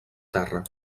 terra